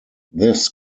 this